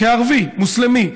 כערבי מוסלמי,